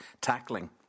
tackling